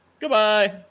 Goodbye